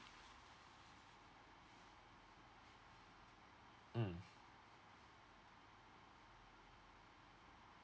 mm